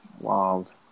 Wild